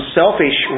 selfish